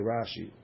Rashi